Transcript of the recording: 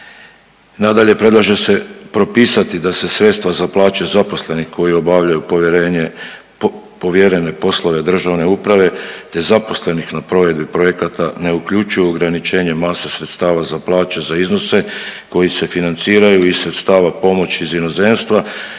Nadalje, predlaže se propisati da se sredstva za plaće zaposlenih koji obavljaju povjerenje, povjerene poslove državne uprave, te zaposlenih na provedbi projekata ne uključuju ograničenje masa sredstava za plaće za iznose koji se financiraju iz sredstava pomoći iz inozemstva